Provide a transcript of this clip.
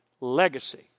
legacy